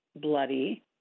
bloody